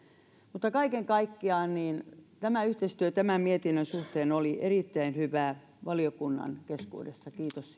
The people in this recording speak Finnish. mutta kaiken kaikkiaan tämä yhteistyö tämän mietinnön suhteen oli erittäin hyvää valiokunnan keskuudessa kiitos